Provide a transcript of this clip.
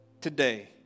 today